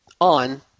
on